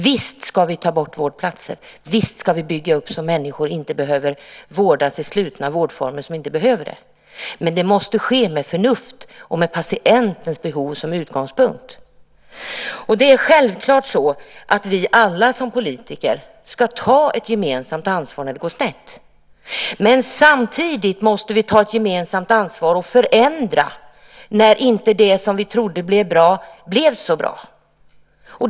Visst ska vi ta bort vårdplatser, och visst ska vi bygga upp så att människor inte ska vårdas i slutna vårdformer då det inte behövs, men det måste ske med förnuft och med patientens behov som utgångspunkt. Självklart ska vi alla som politiker ta ett gemensamt ansvar när det går snett. Samtidigt måste vi ta ett gemensamt ansvar och förändra när det som vi trodde skulle bli bra inte blev så bra.